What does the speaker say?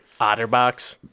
Otterbox